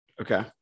Okay